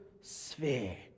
sphere